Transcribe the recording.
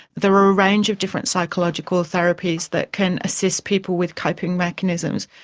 there are range of different psychological therapies that can assist people with coping mechanisms.